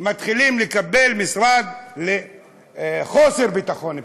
מתחילים לקבל משרד לחוסר ביטחון פנים,